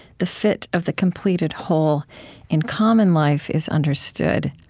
the fit of the completed whole in common life is understood.